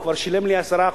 הוא כבר שילם לי 10%,